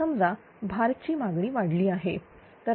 तर समजा भारची मागणी वाढली आहे